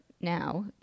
Now